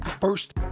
first